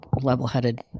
level-headed